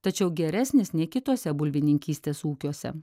tačiau geresnis nei kituose bulvininkystės ūkiuose